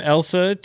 Elsa